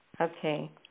Okay